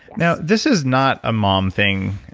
now, this is not a mom thing,